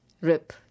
Rip